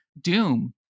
Doom